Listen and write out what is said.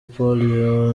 paul